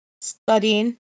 studying